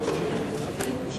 סעיפים 1